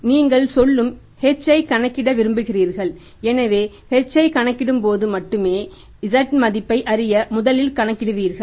ஆனால் நீங்கள் சொல்லும் h ஐக் கணக்கிட விரும்புகிறீர்கள் எனவே h ஐக் கணக்கிடும்போது மட்டுமே z மதிப்பை அறிய முதலில் கணக்கிடுவீர்கள்